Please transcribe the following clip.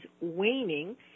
waning